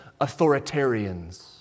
authoritarians